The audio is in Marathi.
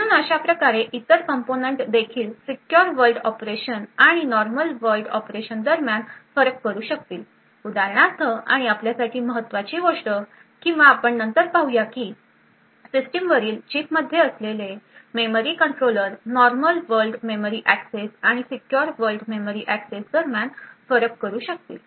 म्हणून अशा प्रकारे इतर कंपोनेंट देखील सीक्युर वर्ल्ड ऑपरेशन आणि नॉर्मल वर्ल्ड ऑपरेशन दरम्यान फरक करू शकतील उदाहरणार्थ आणि आपल्यासाठी महत्वाची गोष्ट किंवा आपण नंतर पाहूया की सिस्टमवरील चिपमध्ये असलेले memory controller normal world memory access आणि सीक्युर वर्ल्ड मेमरी एक्सेस दरम्यान फरक करू शकतील